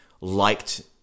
liked